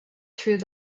through